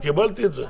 קיבלתי את זה.